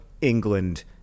England